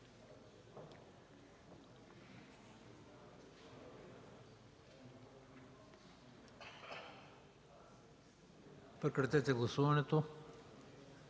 Прекратете гласуването.